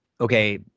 okay